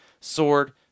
sword